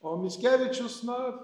o mickevičius na